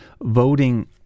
voting